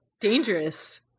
dangerous